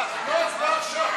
על מה ההצבעה עכשיו?